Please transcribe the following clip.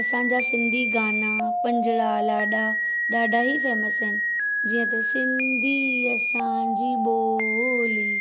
असांजा सिन्धी गाना पंजणा लाॾा ॾाढा ई फेमस आहिनि जीअं त सिन्धी असांजी ॿोली